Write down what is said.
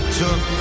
took